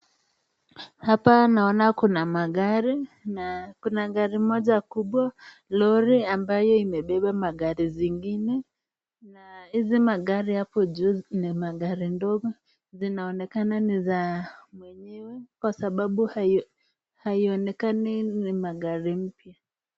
Hapa naona kuna magari na kuna gari moja kubwa lori amayo imebeba magari zingine na hizi magari hapo juu ni magari ndogo zinaonekana ni za wenyewe kwa sababu hainonekani ni magari mpya.